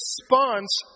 response